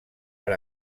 per